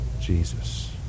Jesus